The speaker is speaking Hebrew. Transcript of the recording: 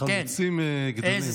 חלוצים גדולים.